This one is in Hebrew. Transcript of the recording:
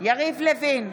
יריב לוין,